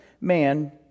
man